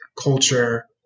culture